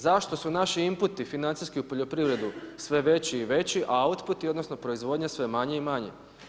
Zašto su naši inputi financijski u poljoprivredu sve veći i veći, a auputi odnosno proizvodnja sve manja i manja.